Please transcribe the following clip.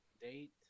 date